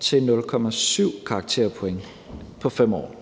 til 0,7 karakterpoint på 5 år.